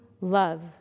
love